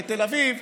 בתל אביב,